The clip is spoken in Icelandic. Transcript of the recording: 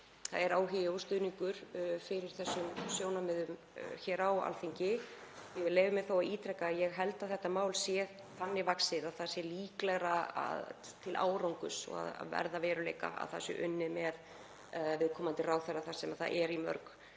það er áhugi og stuðningur fyrir þessum sjónarmiðum hér á Alþingi. Ég leyfi mér þó að ítreka að ég held að þetta mál sé þannig vaxið að það sé líklegra til árangurs og til að verða að veruleika ef það er unnið með viðkomandi ráðherra þar sem það er í mörg